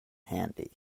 handy